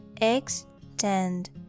extend